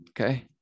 okay